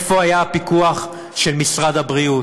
איפה היה הפיקוח של משרד הבריאות?